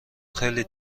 خیلی